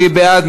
מי בעד?